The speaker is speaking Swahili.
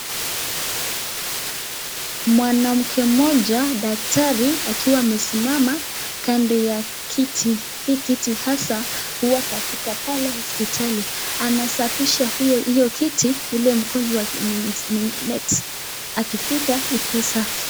Mwanamke mmoja daktari akiwa amesimama kando ya kiti. Hii kiti hasa huwa katika pale hospitali. Anasafisha hiyo kiti ili mgonjwa akimwingi... [next] ikuwe safi.